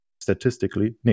statistically